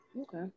Okay